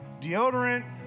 deodorant